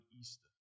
Easter